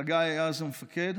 חגי היה אז המפקד.